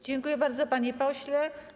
Dziękuję bardzo, panie pośle.